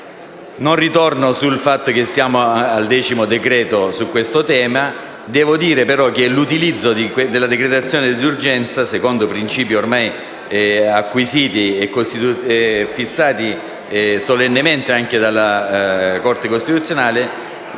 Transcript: Non ritorno sul fatto che siamo al decimo decreto-legge su questo tema; devo dire però che l'utilizzo della decretazione d'urgenza, secondo principi ormai acquisiti e fissati solennemente dalla Corte costituzionale,